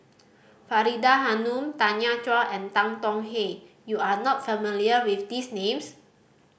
Faridah Hanum Tanya Chua and Tan Tong Hye you are not familiar with these names